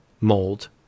mold